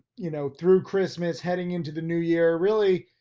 you know, through christmas heading into the new year, really,